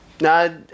no